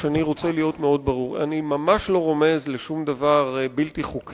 אם לשימוע אין משמעות, זה תהליך טכני